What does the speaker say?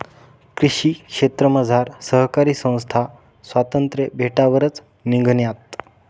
कृषी क्षेत्रमझार सहकारी संस्था स्वातंत्र्य भेटावरच निंघण्यात